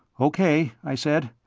okay, i said.